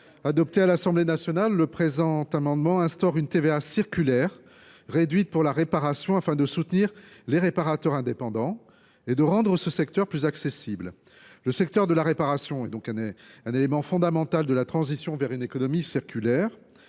adoptée à l’Assemblée nationale, consiste à instaurer une TVA circulaire au taux réduit pour la réparation, afin de soutenir les réparateurs indépendants et de rendre ce secteur plus accessible. Le secteur de la réparation est un élément fondamental de la transition vers une économie circulaire